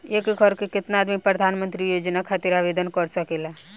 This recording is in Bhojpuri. एक घर के केतना आदमी प्रधानमंत्री योजना खातिर आवेदन कर सकेला?